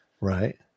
Right